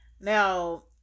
Now